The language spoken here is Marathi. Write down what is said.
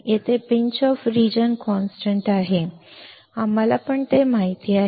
येथे पिंच ऑफ व्होल्टेज स्थिर आहे आम्हाला ते माहित आहे